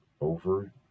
over